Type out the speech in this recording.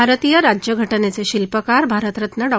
भारतीय राज्यघटनेचे शिल्पकार भारतरत्न डॉ